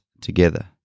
together